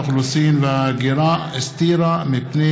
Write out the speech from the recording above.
מיכל רוזין וזוהיר בהלול בנושא: רשות האוכלוסין וההגירה הסתירה מפני